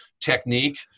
technique